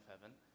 heaven